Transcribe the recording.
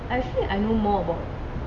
I actually I know more about